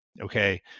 Okay